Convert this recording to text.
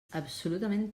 absolutament